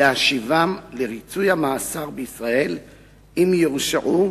להשיבם לריצוי המאסר בישראל אם יורשעו